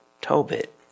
Tobit